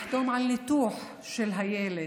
לחתום על ניתוח של הילד,